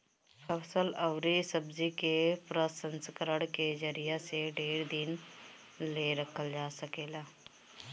फल अउरी सब्जी के प्रसंस्करण के जरिया से ढेर दिन ले रखल जा सकेला